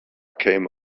came